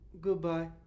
Goodbye